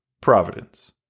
Providence